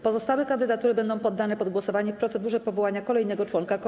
Pozostałe kandydatury będą poddane pod głosowanie w procedurze powołania kolejnego członka komisji.